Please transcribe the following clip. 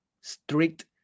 strict